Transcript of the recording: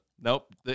Nope